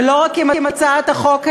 ולא רק עם הצעת החוק,